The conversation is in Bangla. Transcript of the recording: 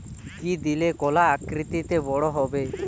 কি দিলে কলা আকৃতিতে বড় হবে?